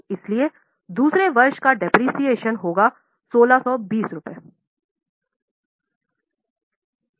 इसलिए हमें वर्ष 2 मूल्यह्रास के रूप में 1620 मिलेगा